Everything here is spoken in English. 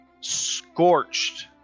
scorched